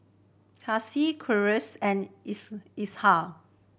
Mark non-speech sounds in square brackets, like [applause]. Kasih Qalisha and [unintelligible] Ishak